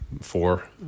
four